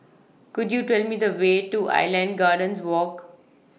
Could YOU Tell Me The Way to Island Gardens Walk